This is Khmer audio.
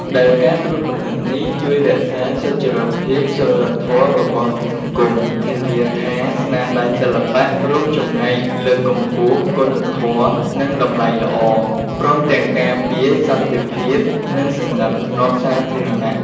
ដែលការត្រួតពិនិត្យនេះជួយរក្សាសុចរិតភាពសីលធម៌របស់សង្គម ធានាថាស្នាដៃសិល្បៈរួមចំណែកលើកកម្ពស់គុណធម៌ និងតម្លៃល្អ ព្រមទាំងការពារសន្តិភាព និងសណ្ដាប់ធ្នាប់សាធារណៈ។